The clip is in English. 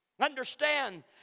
Understand